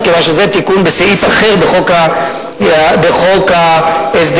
מכיוון שזה תיקון בסעיף אחר בחוק ההסדרים.